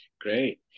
Great